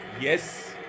Yes